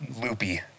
loopy